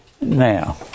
Now